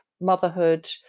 motherhood